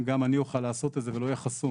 אם גם אני אוכל לעשות את זה ולא אהיה חסום.